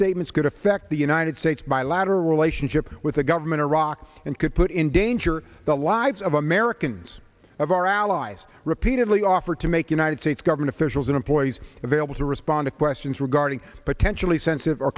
statements could affect the united states bilateral relationship with the government of iraq and could put in danger the lives of americans of our allies repeatedly offered to make united states government officials and employees available to respond to questions regarding potentially sensitive or